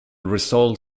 result